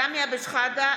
(קוראת בשמות חברי הכנסת) סמי אבו שחאדה,